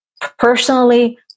personally